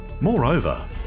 Moreover